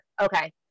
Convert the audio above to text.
Okay